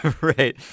right